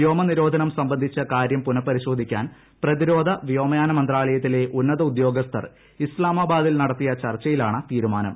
വ്യോമനിരോധനം സംബന്ധിച്ച് കാര്യം പുനപരിശോധിക്കാൻ പ്രതിരോധ വ്യോമയാന മന്ത്രാലയത്തിലെ ഉന്നത ഉദ്യോഗസ്ഥർ ഇസ്ലാമാബാദിൽ നടത്തിയ ചർച്ചയിലാണ് തീരുമാനം